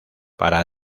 para